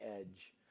edge